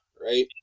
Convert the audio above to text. right